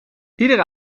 iedere